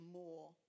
more